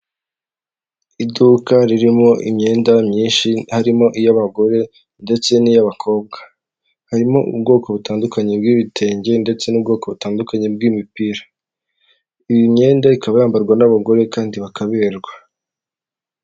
Umuhanda munini uri kunyurwamo n'imodoka ifite amabara y'ubururu n'umweru ndetse n'umukara hafi yayo hari ibiti byiganjemo imikindo idufasha kuyungurura umwuka duhumeka.